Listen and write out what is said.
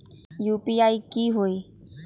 UPI की होई?